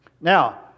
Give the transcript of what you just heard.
Now